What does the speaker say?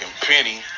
Penny